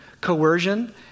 coercion